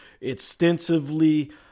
extensively